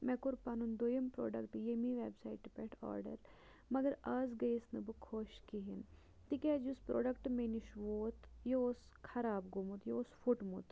مےٚ کوٚر پَنُن دۄیِم پرٛوڈَکٹ ییٚمی وٮ۪بسایٹہِ پٮ۪ٹھ آرڈَر مگر آز گٔیَس نہٕ بہٕ خۄش کِہیٖنۍ تِکیٛازِ یُس پرٛوڈَکٹ مےٚ نِش ووت یہِ اوس خراب گوٚمُت یہِ اوس پھٕٹمُت